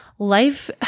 Life